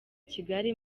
kigali